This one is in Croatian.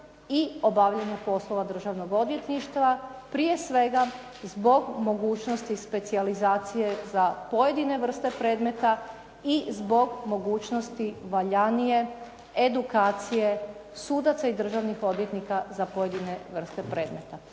i obavljanja poslova državnog odvjetništva, prije svega zbog mogućnosti specijalizacije za pojedine vrste predmeta i zbog mogućnosti valjanije edukacije sudaca i državnih odvjetnika za pojedine vrste predmeta